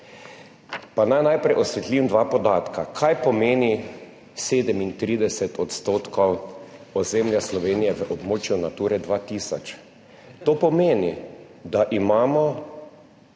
Pa naj najprej osvetlim dva podatka, kaj pomeni 37 % ozemlja Slovenije v območju Nature 2000? To pomeni, da imamo